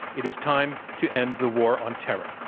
it is time to end the war on terror.